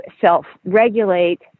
self-regulate